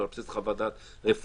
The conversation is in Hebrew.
לא על בסיס חוות דעת רפואית,